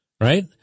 Right